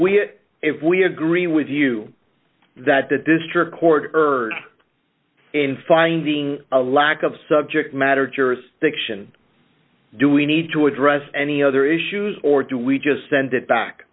we if we agree with you that the district court heard in finding a lack of subject matter jurisdiction do we need to address any other issues or do we just send it back